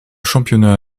championnat